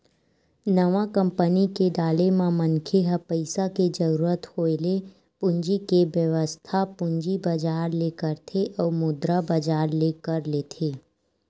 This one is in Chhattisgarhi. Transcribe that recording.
नवा कंपनी के डाले म मनखे ह पइसा के जरुरत होय ले पूंजी के बेवस्था पूंजी बजार ले करथे अउ मुद्रा बजार ले कर लेथे